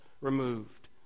removed